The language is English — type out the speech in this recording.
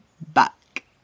back